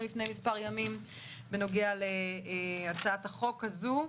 לפני מספר ימים בנוגע להצעת החוק הזו,